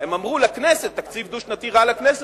הם אמרו לכנסת: תקציב דו-שנתי רע לכנסת,